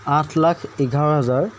আঠ লাখ এঘাৰ হাজাৰ